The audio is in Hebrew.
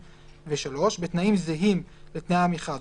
בתנאים זהים לתנאי המכרז,